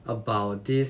about this